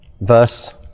verse